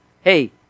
Hey